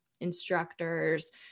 instructors